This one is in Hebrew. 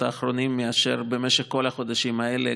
האחרונים מאשר במשך כל החודשים האלה.